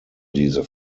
diese